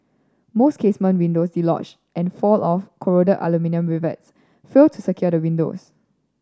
most casement windows dislodge and fall off corroded aluminium rivets fail to secure the windows